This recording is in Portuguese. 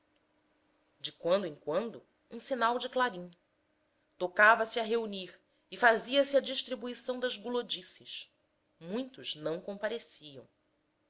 de quando em quando um sinal de clarim tocava se a reunir e fazia-se a distribuição das gulodices muitos não compareciam